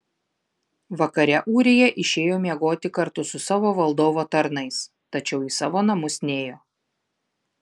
vakare ūrija išėjo miegoti kartu su savo valdovo tarnais tačiau į savo namus nėjo